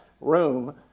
room